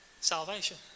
salvation